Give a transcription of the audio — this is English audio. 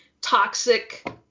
toxic